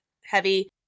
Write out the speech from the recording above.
heavy